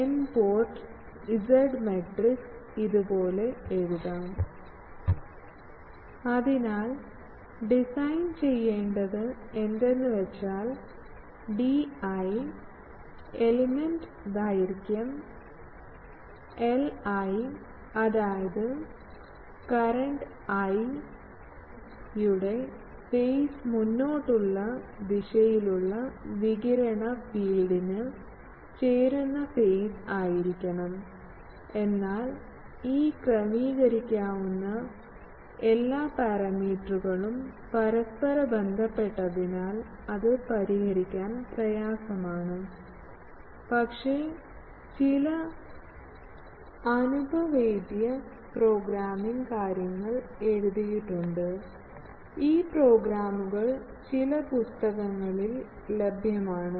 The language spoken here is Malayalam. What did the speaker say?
N പോർട്ട് Z മാട്രിക്സ് ഇതുപോലെ എഴുതാം അതിനാൽ ഡിസൈൻ ചെയ്യേണ്ടത് എന്തെന്ന് വെച്ചാൽ di എലമെൻറ് ദൈർഘ്യം li അതായത് കറൻറ് I ഐ യുടെ ഫെയ്സ് മുന്നോട്ടുള്ള ദിശയിലുള്ള വികിരണ ഫീൽഡിന് ചേരുന്ന ഫെയ്സ് ആയിരിക്കണം എന്നാൽ ഈ ക്രമീകരിക്കാവുന്ന എല്ലാ പാരാമീറ്ററുകളും പരസ്പരം ബന്ധപ്പെട്ടതിനാൽ അത് പരിഹരിക്കാൻ പ്രയാസമാണ് പക്ഷേ ചില അനുഭവേദ്യ പ്രോഗ്രാമിംഗ് കാര്യങ്ങൾ എഴുതിയിട്ടുണ്ട് ഈ പ്രോഗ്രാമുകൾ ചില പുസ്തകങ്ങളിൽ ലഭ്യമാണ്